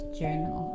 journal